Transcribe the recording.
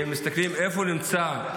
אם מסתכלים איפה העוני נמצא,